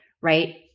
right